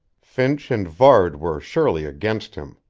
finch and varde were surely against him.